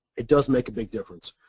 it does make a big difference.